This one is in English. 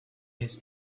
his